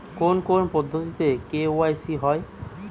কোন কোন পদ্ধতিতে কে.ওয়াই.সি হয়?